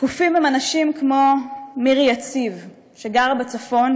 שקופים הם אנשים כמו מירי יציב שגרה בצפון,